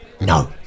No